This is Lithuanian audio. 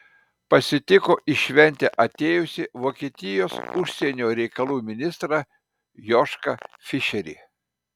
pasitiko į šventę atėjusį vokietijos užsienio reikalų ministrą jošką fišerį